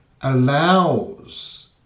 allows